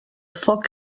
foc